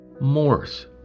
Morse